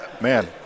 man